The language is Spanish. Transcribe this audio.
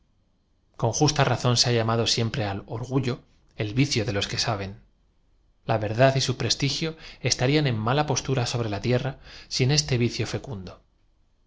con justa razón se ha llam ado siem pre al orgullo e l vicio de los que saben la verdad y su prestigio esta rían en mala postura sobre la tierra sin este vicio fe